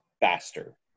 faster